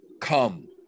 come